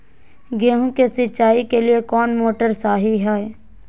गेंहू के सिंचाई के लिए कौन मोटर शाही हाय?